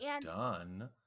done